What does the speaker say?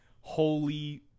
Holy